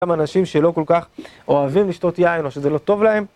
גם אנשים שלא כל כך אוהבים לשתות יין או שזה לא טוב להם.